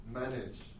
manage